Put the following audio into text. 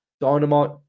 Dynamite